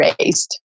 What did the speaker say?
raised